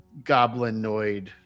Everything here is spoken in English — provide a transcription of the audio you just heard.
goblinoid